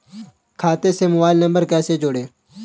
खाते से mobile number कैसे जोड़ें?